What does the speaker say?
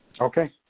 Okay